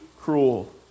cruel